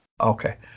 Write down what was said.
okay